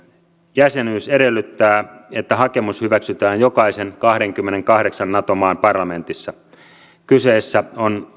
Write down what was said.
jäsenyys edellyttää että hakemus hyväksytään jokaisen kahdenkymmenenkahdeksan nato maan parlamentissa kyseessä on